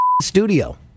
studio